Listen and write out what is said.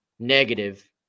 negative